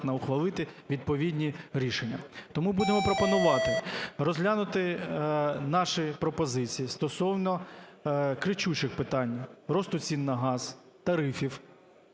ухвалити відповідні рішення. Тому будемо пропонувати розглянути наші пропозиції стосовно кричущих питань: росту цін на газ, тарифів;